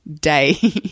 day